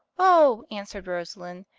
oh, answered rosalind,